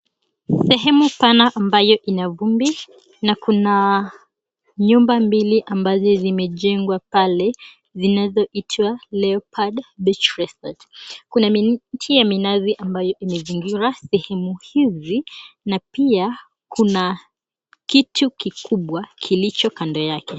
Sehemu pana ambayo ina vumbi na kuna nyumba mbili ambazo zimejengwa pale zinazoitwa Leopard Beach Resort. Kuna miti ya minazi ambayo imezingira sehemu hizi na pia kitu kikubwa kilicho kando yake.